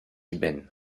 eben